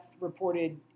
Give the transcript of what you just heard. reported